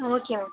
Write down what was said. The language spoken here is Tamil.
ம் ஓகே மேம்